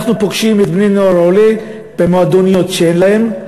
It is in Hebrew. אנחנו פוגשים בני-נוער עולה במועדוניות שאין להם,